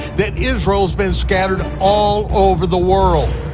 that israel's been scattered all over the world.